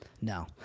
no